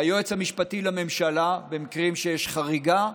היועץ המשפטי לממשלה, במקרים שיש חריגה,